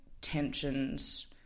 tensions